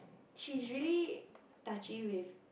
she's really touchy with